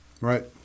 Right